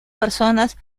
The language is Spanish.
personas